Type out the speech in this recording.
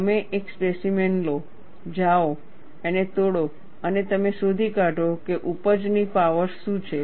તમે એક સ્પેસીમેન લો જાઓ તેને તોડો અને તમે શોધી કાઢો કે ઉપજની પાવર શું છે